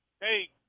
Hey